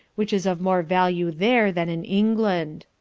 which is of more value there, than in england.